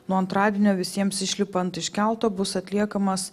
nuo antradienio visiems išlipant iš kelto bus atliekamas